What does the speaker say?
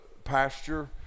pasture